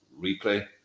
replay